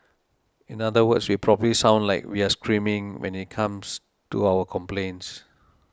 in other words we probably sound like we're screaming when it comes to our complaints